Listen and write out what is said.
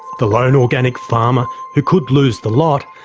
the lone organic farmer who could lose the lot,